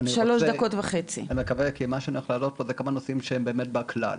אני מקווה שאני אספיק כי אני רוצה להעלות פה כמה נושאים שהם באמת בכלל.